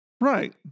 Right